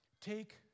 Take